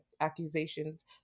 accusations